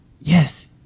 yes